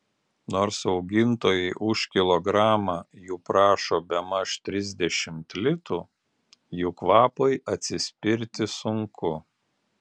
nors augintojai už kilogramą jų prašo bemaž trisdešimt litų jų kvapui atsispirti sunku